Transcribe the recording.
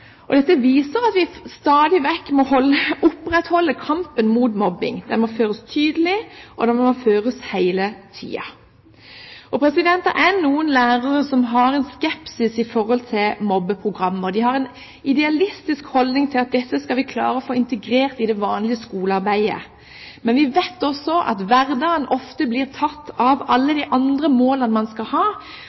og dette viser at vi stadig vekk må opprettholde kampen mot mobbing. Den må føres tydelig, og den må føres hele tiden. Det er noen lærere som har en skepsis i forhold til mobbeprogram, og de har en idealistisk holdning om at dette skal vi klare å få integrert i det vanlige skolearbeidet. Men vi vet også at hverdagen ofte blir tatt av alle de andre målene man skal ha.